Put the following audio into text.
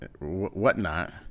whatnot